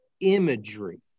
imagery